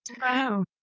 Wow